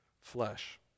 flesh